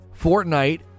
Fortnite